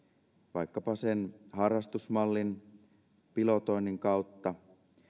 vaikkapa sen harrastusmallin pilotoinnin kautta